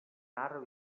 matter